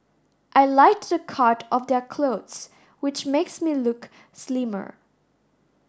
I like the cut of their clothes which makes me look slimmer